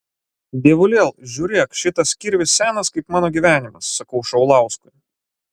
dievulėl žiūrėk šitas kirvis senas kaip mano gyvenimas sakau šaulauskui